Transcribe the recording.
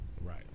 Right